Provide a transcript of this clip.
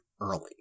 early